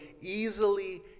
easily